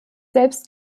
selbst